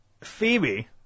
Phoebe